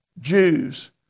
Jews